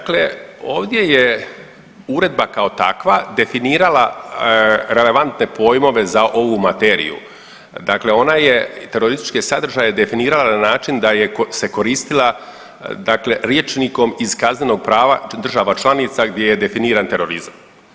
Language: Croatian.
Dakle ovdje je uredba kao takva definirala relevantne pojmove za ovu materiju, dakle ona je terorističke sadržaje definirala na način da je se koristila dakle rječnikom iz kaznenog prava država članica gdje je definiran terorizam.